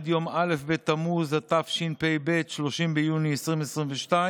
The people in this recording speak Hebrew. עד יום א' בתמוז התשפ"ב, 30 ביוני 2022,